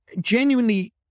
genuinely